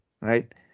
right